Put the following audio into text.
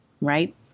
right